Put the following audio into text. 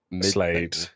Slade